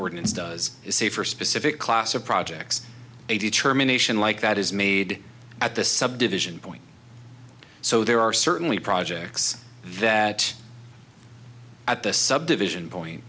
ordinance does is say for specific class of projects a determination like that is made at this subdivision point so there are certainly projects that at this subdivision point